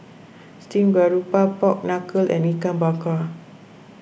Stream Grouper Pork Knuckle and Ikan Bakar